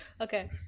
Okay